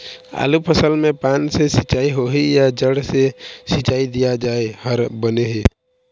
आलू फसल मे पान से सिचाई होही या जड़ से सिचाई दिया जाय हर बने हे?